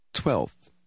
Twelfth